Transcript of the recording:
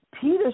Peter